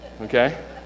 Okay